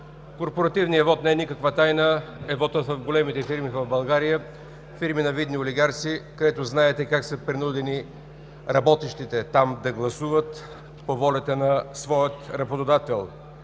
Корпоративният вот – не е никаква тайна, е вотът в големите фирми в България, фирми на видни олигарси, където знаете как са принудени работещите там да гласуват, по волята на своя работодател.